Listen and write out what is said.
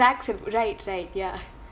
comebacks um right right ya